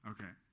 Okay